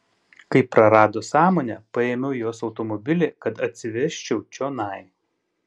kai prarado sąmonę paėmiau jos automobilį kad atsivežčiau čionai